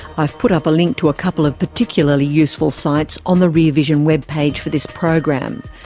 i've put up a link to a couple of particularly useful sites on the rear vision webpage for this program.